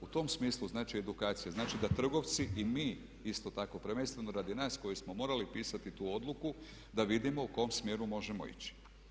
U tom smislu znači edukacija, znači da trgovci i mi isto tako prvenstveno radi nas koji smo morali pisati tu odluku da vidimo u kom smjeru možemo ići.